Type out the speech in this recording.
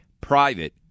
Private